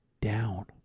down